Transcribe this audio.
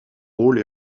rôles